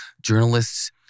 journalists